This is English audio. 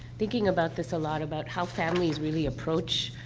thinking about this a lot, about how families really approach,